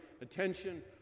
attention